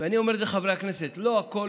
ואני אומר לחברי הכנסת: לא הכול